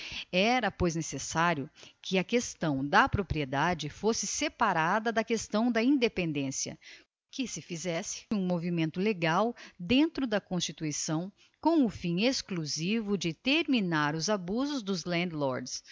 era pois necessario que a questão da propriedade fôsse separada da questão da independencia que se fizesse um movimento legal dentro da constituição com o fim exclusivo de terminar os abusos dos